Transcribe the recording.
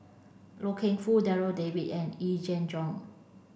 Loy Keng Foo Darryl David and Yee Jenn Jong